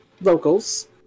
locals